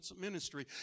ministry